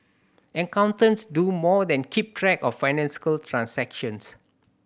accountants do more than keep track of financial transactions